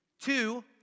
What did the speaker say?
Two